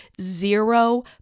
zero